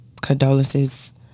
condolences